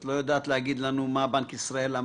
את לא יודעת להגיד לנו מה בנק ישראל,